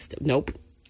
Nope